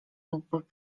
lub